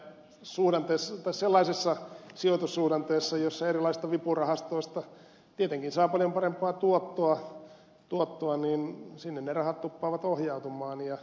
mutta sellaisessa sijoitussuhdanteessa jossa erilaisista vipurahastoista tietenkin saa paljon parempaa tuottoa niin sinne ne rahat tuppaavat ohjautumaan